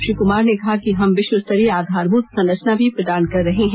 श्रीकुमार ने कहा कि हम विश्वस्तरीय आधारभूत संरचना भी प्रदान कर रहे हैं